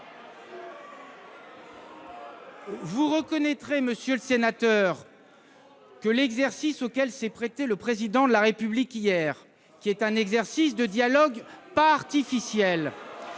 Vous reconnaîtrez, monsieur le sénateur, que l'exercice auquel s'est prêté le Président de la République hier était non pas un dialogue artificiel,